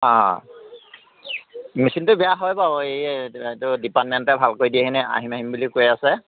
অঁ মেছিনটো বেয়া হয় বাৰু এই এইটো ডিপাৰ্টমেন্টে ভাল কৰি দিয়াহি নাই আহিম আহিম কৈ আছে